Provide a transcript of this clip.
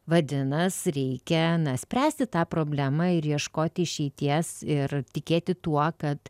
vadinas reikia spręsti tą problemą ir ieškoti išeities ir tikėti tuo kad